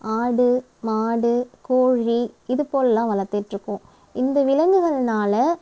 ஆடு மாடு கோழி இது போலெலாம் வளர்த்திட்ருக்கோம் இந்த விலங்குகள்னால்